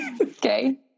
Okay